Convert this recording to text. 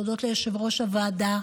תודות ליושב-ראש הוועדה